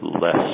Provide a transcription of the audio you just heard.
less